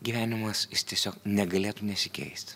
gyvenimas jis tiesiog negalėtų nesikeisti